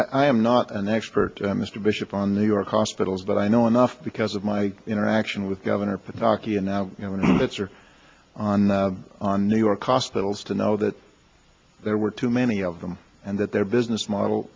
i am not an expert mr bishop on the york hospital but i know enough because of my interaction with governor pataki and now it's are on on new york hospitals to know that there were too many of them and that their business model